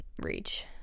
reach